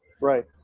Right